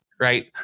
Right